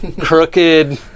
crooked